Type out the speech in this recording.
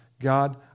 God